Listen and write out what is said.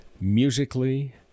musically